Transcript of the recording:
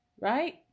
right